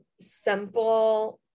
simple